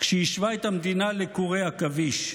כשהשווה את המדינה לקורי עכביש.